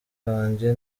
kanjye